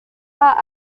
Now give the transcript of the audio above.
out